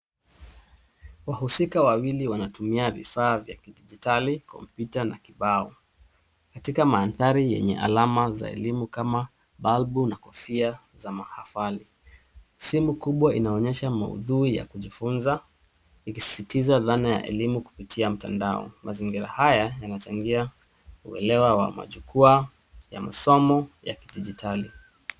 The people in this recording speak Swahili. Wahusika wawili wanatumia vifaa vya kidijitali, kompyuta na kibao katika mandhari yenye alama za elimu kama balbu na kofia za mahafali. Simu kubwa inaonyesha maudhui ya kujifunza ikisisitiza dhana ya elimu kupitia mtandao. Mazingira haya yanachangia uelewa wa majukwaa ya masomo ya kidijitali.